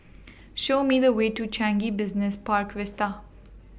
Show Me The Way to Changi Business Park Vista